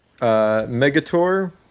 Megator